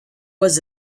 was